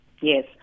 Yes